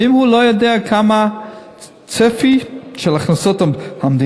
ואם הוא לא יודע מה הצפי של הכנסות המדינה,